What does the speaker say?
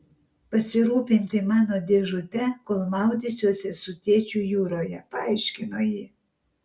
pasirūpinti mano dėžute kol maudysiuosi su tėčiu jūroje paaiškino ji